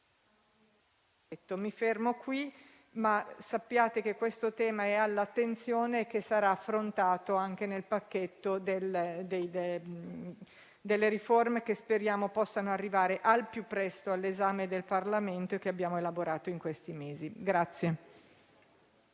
Mi fermo qui, ma sappiate che questo tema è all'attenzione e sarà affrontato anche nel pacchetto delle riforme, che speriamo possa arrivare al più presto all'esame del Parlamento e che abbiamo elaborato negli ultimi mesi.